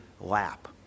lap